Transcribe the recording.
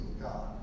God